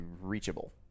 reachable